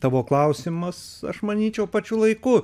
tavo klausimas aš manyčiau pačiu laiku